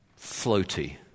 floaty